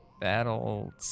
Battle